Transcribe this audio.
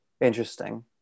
interesting